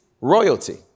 royalty